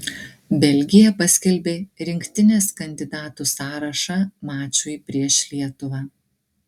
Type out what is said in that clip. belgija paskelbė rinktinės kandidatų sąrašą mačui prieš lietuvą